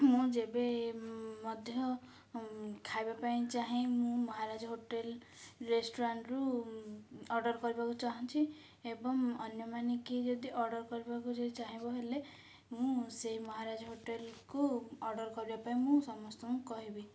ମୁଁ ଯେବେ ମଧ୍ୟ ଖାଇବା ପାଇଁ ଚାହେଁ ମୁଁ ମହାରାଜା ହୋଟେଲ୍ ରେଷ୍ଟୁରାଣ୍ଟରୁ ଅର୍ଡ଼ର୍ କରିବାକୁ ଚାହୁଁଛିି ଏବଂ ଅନ୍ୟମାନେ କିି ଯଦି ଅର୍ଡ଼ର୍ କରିବାକୁ ଯଦି ଚାହିଁବ ହେଲେ ମୁଁ ସେଇ ମହାରାଜା ହୋଟେଲ୍କୁ ଅର୍ଡ଼ର୍ କରିବା ପାଇଁ ମୁଁ ସମସ୍ତଙ୍କୁ କହିବି